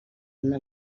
una